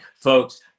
Folks